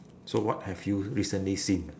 so what have you recently seen